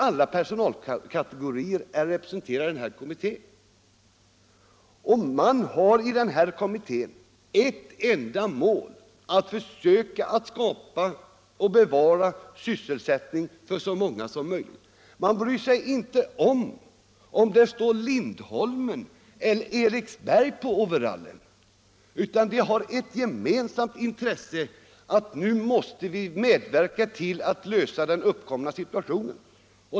Alla kategorier är representerade i denna kommitté, som har ett enda mål, nämligen att försöka skapa och bevara sysselsättning för så många som möjligt. De bryr sig inte om att det står Lindholmen eller Eriksberg på overallen. Alla har ett gemensamt intresse av att medverka till att lösa problemen.